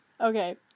Okay